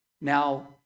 Now